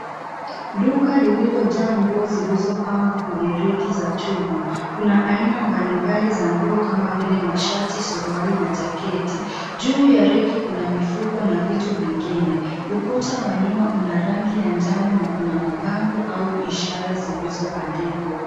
Duka lililojaa nguo zilizopangwa kwenye reki za chuma. Kuna aina mbalimbali za nguo kama vile mashati, suruali na jaketi. Juu ya reki kuna mifuko na vitu vingine. Ukuta wa nyuma una rangi ya njano na kuna mabango au ishara zilizobandikwa.